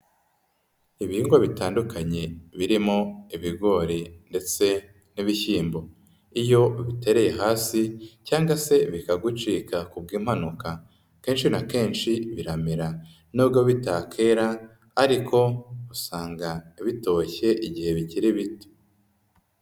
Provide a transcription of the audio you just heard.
Ibihingwa bitandukanye birimo ibigori ndetse n'ibishyimbo, iyo ubitereye hasi cyangwa se bikagucika ku bw'impanuka, kenshi na kenshi biramera nubwo bitakera ariko usanga bitoshye igihe bikiri bito.